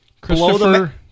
Christopher